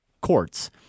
courts